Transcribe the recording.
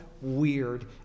weird